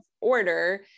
order